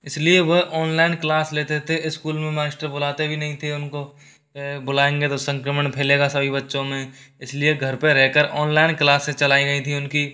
इस लिए वह ऑनलाइन क्लास लेते थे इस्कूल में मास्टर बुलाते भी नहीं थे उनको बुलाएँगे तो संक्रमण फैलेगा सभी बच्चों में इस लिए घर पे रह कर ऑनलाइन क्लासेज़ चलाई गई थी उनकी